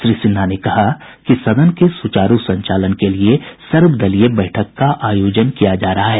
श्री सिन्हा ने कहा कि सदन के सुचारू संचालन के लिए सर्वदलीय बैठक का आयोजन किया जा रहा है